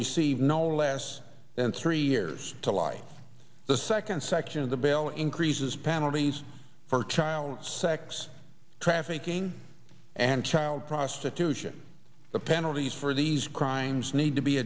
receive no less than three years to life the second section of the bail increases penalties for child sex trafficking and child prostitution the penalties for these crimes need to be